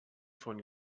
von